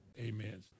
amen